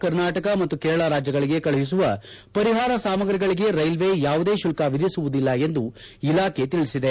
ಕರ್ನಾಟಕ ಮತ್ತು ಕೇರಳ ರಾಜ್ಗಳಿಗೆ ಕಳುಹಿಸುವ ಪರಿಹಾರ ಸಾಮಗ್ರಿಗಳಿಗೆ ರೈಲ್ವೇ ಯಾವುದೇ ಶುಲ್ಕ ವಿಧಿಸುವುದಿಲ್ಲ ಎಂದು ಇಲಾಖೆ ತಿಳಿಸಿದೆ